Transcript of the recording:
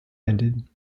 ended